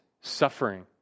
suffering